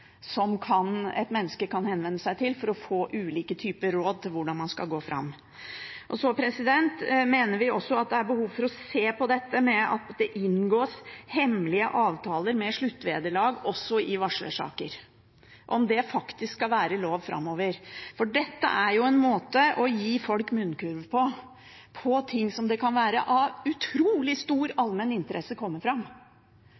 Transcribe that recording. som et menneske kan henvende seg til for å få ulike typer råd om hvordan man skal gå fram. Så mener vi også at det er behov for å se på dette med at det inngås hemmelige avtaler med sluttvederlag også i varslersaker – om det faktisk skal være lov framover. Dette er jo en måte å gi folk munnkurv på, på ting som det kan være av utrolig stor allmenn interesse at kommer fram.